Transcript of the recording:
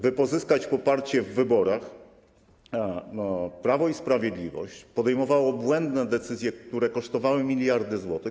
By uzyskać poparcie w wyborach, Prawo i Sprawiedliwość podejmowało błędne decyzje, które kosztowały miliardy złotych.